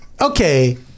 okay